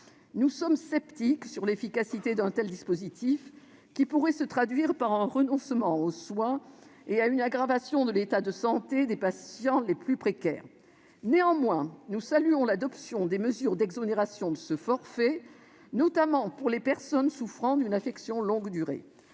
Nous sommes sceptiques sur l'efficacité d'un tel dispositif qui pourrait se traduire par un renoncement aux soins et une aggravation de l'état de santé des patients les plus précaires. Néanmoins, nous saluons l'adoption des mesures d'exonération de ce forfait, notamment pour les personnes souffrant d'une affection de longue durée